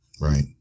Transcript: Right